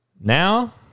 Now